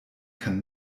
kann